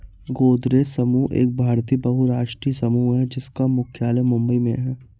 गोदरेज समूह एक भारतीय बहुराष्ट्रीय समूह है जिसका मुख्यालय मुंबई में है